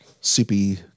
soupy